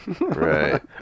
Right